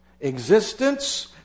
existence